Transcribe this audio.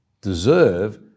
deserve